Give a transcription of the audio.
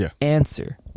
answer